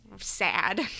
sad